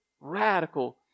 radical